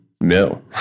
No